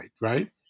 right